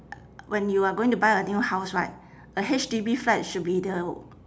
when you are going to buy a new house right a H_D_B flat should be the